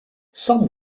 some